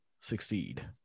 succeed